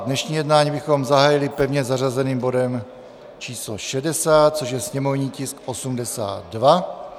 Dnešní jednání bychom zahájili pevně zařazeným bodem číslo 60, což je sněmovní tisk 82.